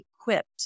equipped